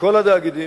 מכל התאגידים,